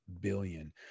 billion